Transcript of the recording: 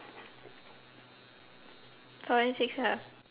forensics ah